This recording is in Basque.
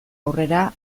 aurrera